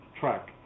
track